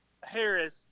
Harris